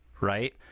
right